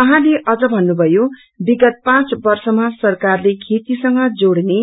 उहाँले अझ भन्नुभयो विगत पाँच वर्षमा सरकारले खेतीसंग जोड़ने